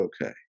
okay